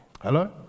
Hello